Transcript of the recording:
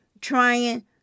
trying